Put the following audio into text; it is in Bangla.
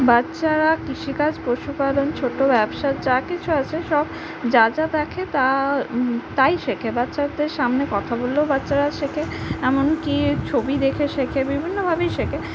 বাচ্চারা কৃষিকাজ পশুপালন ছোট ব্যবসার যা কিছু আছে সব যা যা দেখে তা তাই শেখে বাচ্চাদের সামনে কথা বললেও বাচ্চারা শেখে এমনকি ছবি দেখে শেখে বিভিন্নভাবেই শেখে